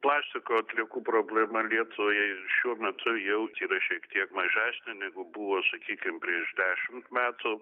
plastiko atliekų problema lietuvoje šiuo metu jau yra šiek tiek mažesnė negu buvo sakykim prieš dešimt metų